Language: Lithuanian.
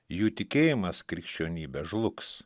jų tikėjimas krikščionybe žlugs